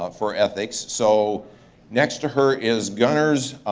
ah for ethics. so next to her is gunars